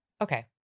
Okay